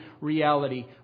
reality